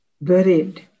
buried